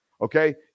okay